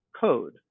code